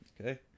Okay